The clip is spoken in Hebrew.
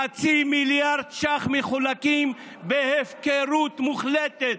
חצי מיליארד ש"ח מחולקים בהפקרות מוחלטת,